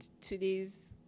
today's